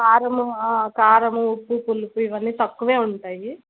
కారము కారము ఉప్పు పులుపు ఇవన్నీ తక్కువ ఉంటాయి